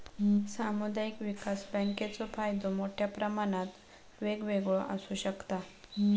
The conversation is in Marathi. सामुदायिक विकास बँकेचो फायदो मोठ्या प्रमाणात वेगवेगळो आसू शकता